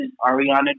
Ariana